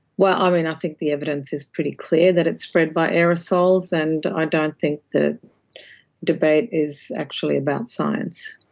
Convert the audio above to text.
well, um and i think the evidence is pretty clear that it's spread by aerosols, and i don't think that debate is actually about science.